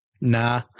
Nah